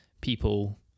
people